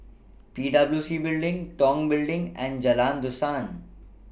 P W C Building Tong Building and Jalan Dusan